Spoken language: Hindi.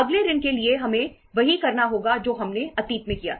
अगले ऋण के लिए हमें वही करना होगा जो हमने अतीत में किया था